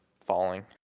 falling